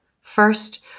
First